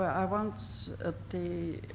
i once, at the,